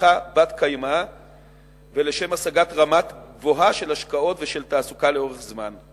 צמיחה בת-קיימא ולשם השגת רמה גבוהה של השקעות ושל תעסוקה לאורך זמן.